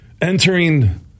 entering